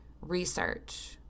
research